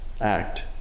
act